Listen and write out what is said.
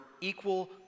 equal